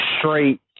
straight